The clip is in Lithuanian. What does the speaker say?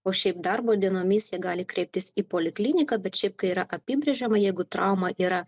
o šiaip darbo dienomis jie gali kreiptis į polikliniką bet šiaip kai yra apibrėžiama jeigu trauma yra